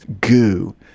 goo